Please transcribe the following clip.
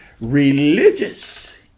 religious